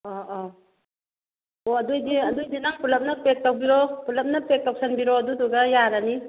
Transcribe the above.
ꯑꯣ ꯑꯣ ꯑꯣ ꯑꯗꯨꯑꯣꯏꯗꯤ ꯑꯗꯨꯑꯣꯏꯗꯤ ꯅꯪ ꯄꯨꯂꯞꯅ ꯄꯦꯛ ꯇꯧꯕꯤꯔꯣ ꯄꯨꯂꯞꯅ ꯄꯦꯛ ꯇꯧꯁꯟꯕꯤꯔꯣ ꯑꯗꯨꯗꯨꯒ ꯌꯥꯔꯅꯤ